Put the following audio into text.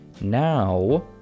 now